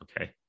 Okay